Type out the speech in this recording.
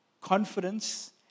confidence